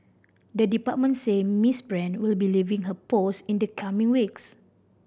the department said Miss Brand will be leaving her post in the coming weeks